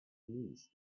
niece